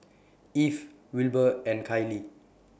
Eve Wilber and Kiley